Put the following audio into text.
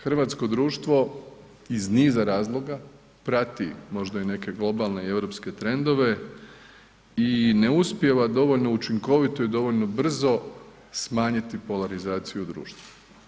Hrvatsko društvo iz niza razloga prati možda i neke globalne i europske trendove i ne uspijeva dovoljno učinkovito i dovoljno brzo smanjiti polarizaciju u društvu.